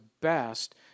best